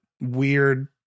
weird